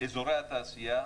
אזורי התעשייה